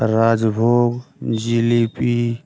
rajbhog jalebi